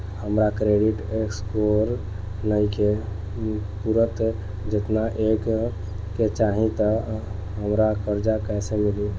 हमार credit score नईखे पूरत जेतना होए के चाही त हमरा कर्जा कैसे मिली?